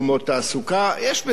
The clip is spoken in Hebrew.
יש בזה מן ההיגיון.